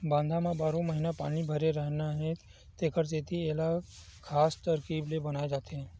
बांधा म बारो महिना पानी भरे रहना हे तेखर सेती एला खास तरकीब ले बनाए जाथे